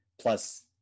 Plus